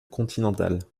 continentale